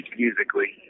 musically